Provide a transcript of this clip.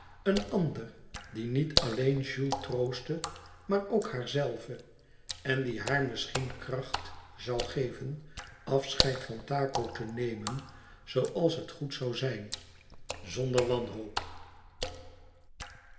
een ander die niet alleen jules troostte maar ook haarzelve en die haar misschien kracht zoû geven afscheid van taco te nemen zooals het goed zoû zijn zonder wanhoop